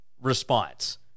response